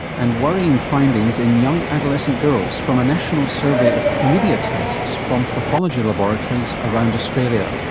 and worrying findings in young adolescent girls from a national survey of chlamydia tests from pathology laboratories around australia.